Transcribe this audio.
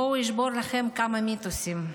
בואו, אשבור לכם כמה מיתוסים.